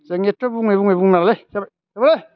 जों एथ' बुङै बुङै बुंलालै जाबाय